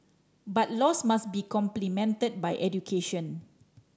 but laws must be complemented by education